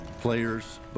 players